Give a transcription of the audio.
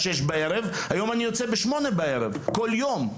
18:00 היום אני יוצא בשעה 20:00 בכל יום.